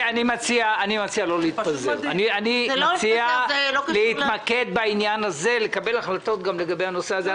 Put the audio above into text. אני מציע לא להתפזר ולקבל החלטות בעניין הזה ולקבל החלטות בנושא הזה.